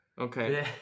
okay